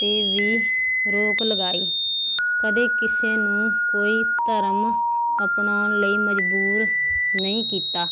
'ਤੇ ਵੀ ਰੋਕ ਲਗਾਈ ਕਦੇ ਕਿਸੇ ਨੂੰ ਕੋਈ ਧਰਮ ਅਪਣਾਉਣ ਲਈ ਮਜਬੂਰ ਨਹੀਂ ਕੀਤਾ